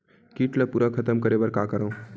कीट ला पूरा खतम करे बर का करवं?